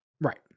Right